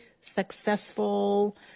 successful